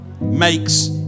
makes